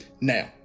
Now